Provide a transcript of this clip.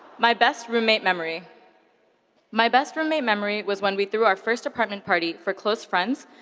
my best roommate memory my best from a memory was when we threw our first apartment party for close friends,